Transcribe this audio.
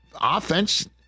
offense